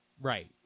Right